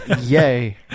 Yay